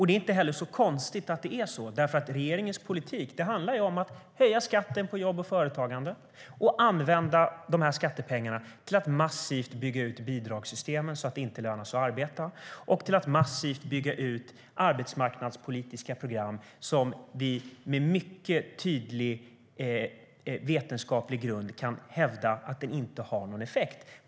Det är inte så konstigt att det är så, för regeringens politik handlar om att höja skatten på jobb och företagande och att använda skattepengarna till att massivt bygga ut bidragssystemen så att det inte lönar sig att arbeta och till att massivt bygga ut arbetsmarknadspolitiska program som vi på mycket tydlig vetenskaplig grund kan hävda inte har någon effekt.